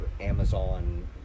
Amazon